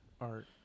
art